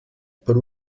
per